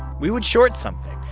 we would short something.